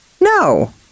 No